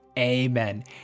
Amen